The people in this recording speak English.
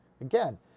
Again